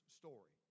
story